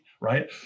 right